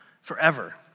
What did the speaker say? forever